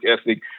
ethic